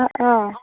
অঁ অঁ